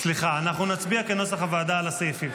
הסעיפים כנוסח הוועדה.